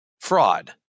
Fraud